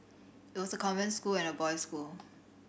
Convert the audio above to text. it was a convent school and a boys school